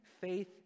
faith